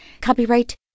Copyright